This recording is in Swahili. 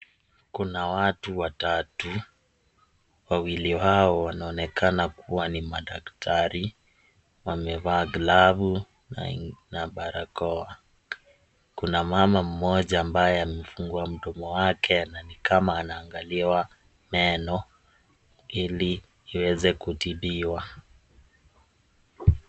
Kuna watu watatu, wawili wao wanaonekana kuwa ni madaktari wamevaa glavu na barakoa kuna mama mmoja ambaye amefungua mdomo wake na nikama anaangaliwa meno ili iweze kutibiwa.